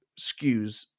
skews